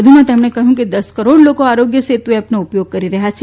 વધુમાં તેમણે કહયું કે દસ કરોડ લોકો આરોગ્ય સેતુ એપનો ઉપયોગ કરી રહ્યાં છે